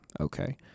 okay